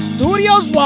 Studios